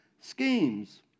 schemes